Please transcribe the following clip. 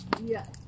Yes